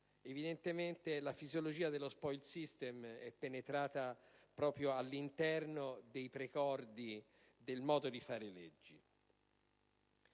Evidentemente, la fisiologia dello *spoils system* è penetrata proprio all'interno dei precordi del modo di fare leggi.